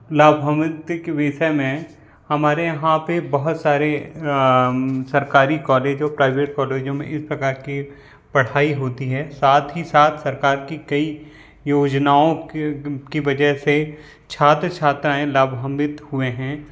लाभांवित्त के विषय में हमारे यहाँ पर बहुत सारे सरकारी कॉलेज और प्राइवेट कॉलेजों में इस प्रकार के पढ़ाई होती है साथ ही साथ सरकार की कई योजनाओं के की वजह से छात्र छात्राएं लाभांवित्त हुए हैं